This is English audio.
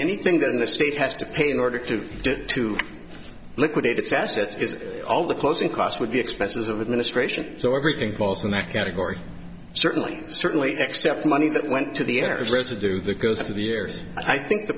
anything that in the state has to pay in order to get to liquidate its assets is all the closing costs would be expenses of administration so everything falls in that category certainly certainly except money that went to the heirs residue that goes through the years i think the